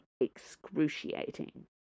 excruciating